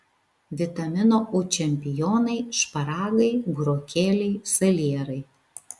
vitamino u čempionai šparagai burokėliai salierai